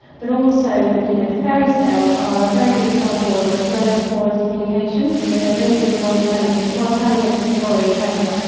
but also, you know, fairy tale are a very good example of a closed floor of communications. you know, there's only been, one so telling one telling of the story, ever.